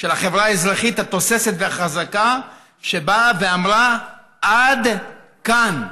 של החברה האזרחית התוססת והחזקה שבאה ואמרה: עד כאן.